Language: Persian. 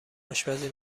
آشپزی